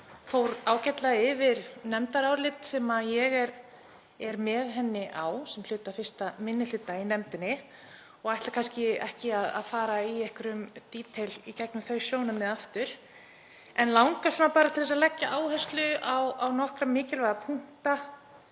fór ágætlega yfir nefndarálit sem ég er með henni á, sem hluti af 1. minni hluta í nefndinni. Ég ætla kannski ekki að fara í einhverjum smáatriðum í gegnum þau sjónarmið aftur en langar til að leggja áherslu á nokkra mikilvæga punkta.